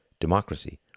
democracy